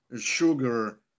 sugar